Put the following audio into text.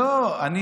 לא,